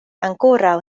ankoraŭ